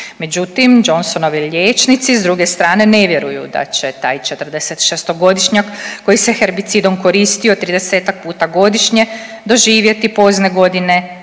Međutim Johnsonovi liječnici s druge strane ne vjeruju da će taj 46-godišnjak koji se herbicidom koristio 30-ak puta godišnje doživjeti pozne godine